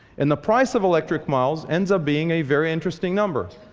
and the price of electric miles ends up being a very interesting number.